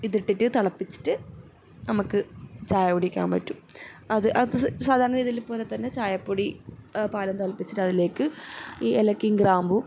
ഇതിട്ടിട്ട് തിളപ്പിച്ചിട്ട് നമുക്ക് ചായ കുടിക്കാൻ പറ്റും അത് അത് സാധാരണ രീതിയിൽ പോലെ തന്നെ ചായപ്പൊടിയും പാലും തിളപ്പിച്ചിട്ട് അതിലേക്ക് ഈ ഏലക്കയും ഗ്രാമ്പുവും